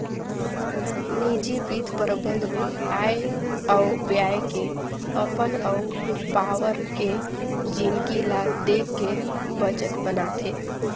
निजी बित्त परबंध मे आय अउ ब्यय के अपन अउ पावार के जिनगी ल देख के बजट बनाथे